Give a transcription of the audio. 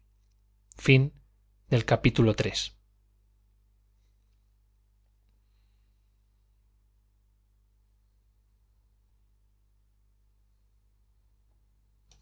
fin del cual